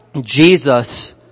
jesus